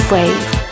wave